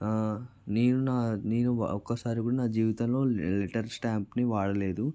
నేను నా నేను ఒక్కసారి కూడా నా జీవితంలో లెటర్ స్టాంపుని వాడలేదు